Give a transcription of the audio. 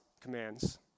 commands